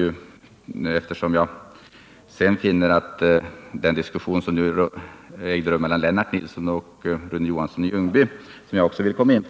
Med anledning av den diskussion som nyss ägde rum mellan Lennart Nilsson och Rune Johansson i Ljungby vill jag dock säga att det är